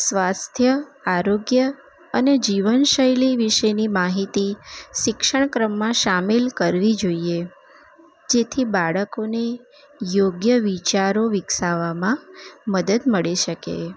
સ્વાસ્થ્ય આરોગ્ય અને જીવનશૈલી વિશેની માહિતી શિક્ષણ ક્રમમાં સામેલ કરવી જોઈએ જેથી બાળકોને યોગ્ય વિચારો વિકસાવવામાં મદદ મળી શકે